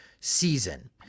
season